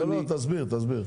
לא לא, תסביר תסביר.